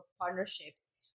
partnerships